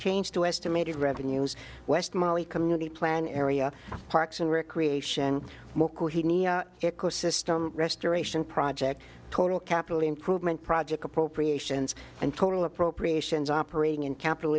to estimated revenues west molly community plan area parks and recreation system restoration project total capital improvement project appropriations and total appropriations operating in capital